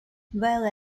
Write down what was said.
while